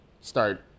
start